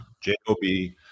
J-O-B